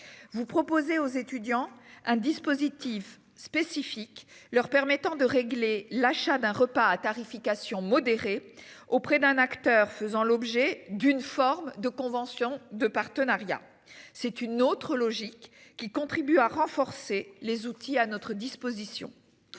Vous proposer aux étudiants un dispositif spécifique leur permettant de régler l'achat d'un repas à tarification. Auprès d'un acteur faisant l'objet d'une forme de conventions de partenariat, c'est une autre logique qui contribuent à renforcer les outils à notre disposition.